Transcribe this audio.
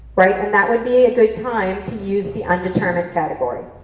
right? and that would be a good time to use the undetermined category.